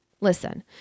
Listen